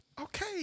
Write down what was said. Okay